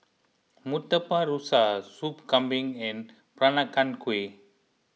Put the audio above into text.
Murtabak Rusa Sop Kambing and Peranakan Kueh